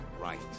right